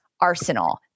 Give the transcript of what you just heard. arsenal